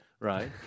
Right